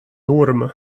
orm